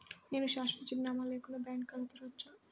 నేను శాశ్వత చిరునామా లేకుండా బ్యాంక్ ఖాతా తెరవచ్చా?